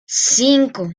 cinco